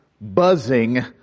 buzzing